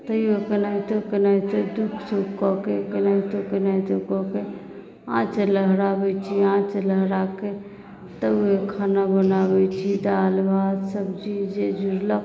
तैयो केनाहितो केनाहितो दुःख सुख कऽ के केनाहितो केनाहितो कऽ के आँच लहराबैत छी आँच लहराके तब खाना बनाबैत छी दालि भात सब्जी जे जुड़लक